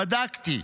"בדקתי: